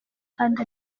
kandi